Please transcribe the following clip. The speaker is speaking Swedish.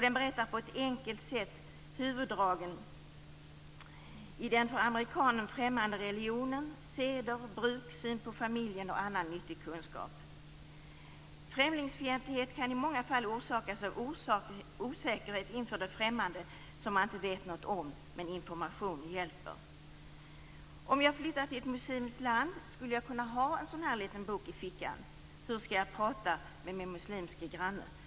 Den berättar på ett enkelt sätt om huvuddragen i den för amerikanen främmande religionen, om seder och bruk, syn på familjen och annan nyttig kunskap. Främlingsfientlighet kan i många fall orsakas av osäkerhet inför det främmande som man inte vet något om. Men information hjälper! Om jag flyttade till ett muslimskt land skulle jag kunna ha en sådan här liten bok, om hur jag skall prata med min muslimske granne, i fickan.